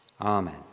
Amen